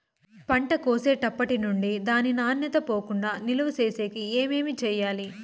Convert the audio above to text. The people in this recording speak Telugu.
పంట కోసేటప్పటినుండి దాని నాణ్యత పోకుండా నిలువ సేసేకి ఏమేమి చేయాలి?